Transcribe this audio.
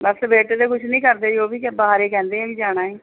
ਬਸ ਬੇਟੇ ਤਾਂ ਕੁਛ ਨਹੀਂ ਕਰਦੇ ਉਹ ਵੀ ਬਾਹਰ ਏ ਕਹਿੰਦੇ ਵੀ ਜਾਣਾ ਏ